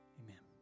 amen